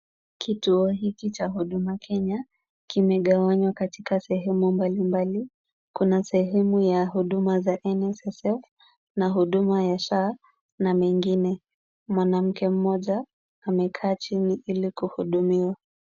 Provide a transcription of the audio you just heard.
Kituo hiki cha huduma Kenya, kimegawanywa katika sehemu mbalimbali. Kuna sehemu ya huduma za NSSF na huduma ya SHA na mengine. Mwanamke mmoja amekaa chini ili kuhudumiwa.